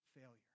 failure